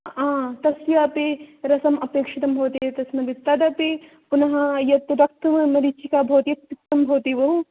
आं तस्यापि रसम् अपेक्षितं भवति एतस्मिन् तदपि पुनः यत्तु रक्तमरीचिका भवति तिक्तं भवति भोः